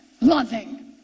loving